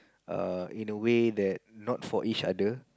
err in a way that not for each other